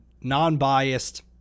non-biased